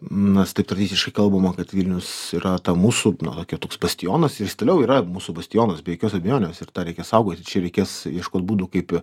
nes taip tradiciškai kalbama kad vilnius yra ta mūsų tokia toks bastionas ir jis toliau yra mūsų bastionas be jokios abejonės ir tą reikia saugoti čia reikės ieškot būdų kaip